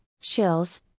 chills